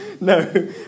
No